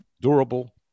durable